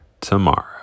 tomorrow